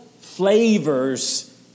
flavors